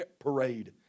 parade